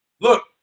look